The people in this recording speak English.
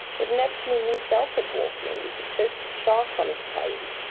if neptune himself had walked in, with a toasted shark on his trident,